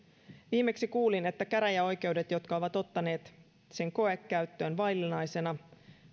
viimeksi kuulin että käräjäoikeudet jotka ovat ottaneet sen koekäyttöön vaillinaisena